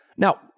Now